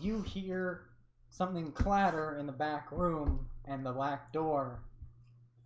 you hear something clatter in the back room and the lack door